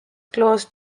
closed